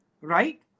Right